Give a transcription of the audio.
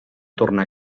tornar